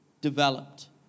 developed